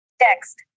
Text